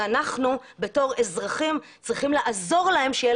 ואנחנו כאזרחים צריכים לעזור להם כדי שיהיה